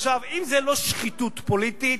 עכשיו, אם זו לא שחיתות פוליטית,